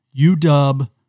UW